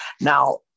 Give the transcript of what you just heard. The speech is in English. now